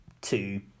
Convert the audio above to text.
two